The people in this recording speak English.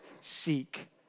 seek